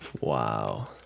Wow